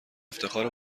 افتخار